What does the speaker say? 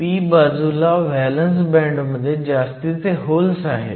p बाजूला valence बँडमध्ये जास्तीचे होल्स आहेत